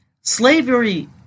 Slavery